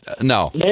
No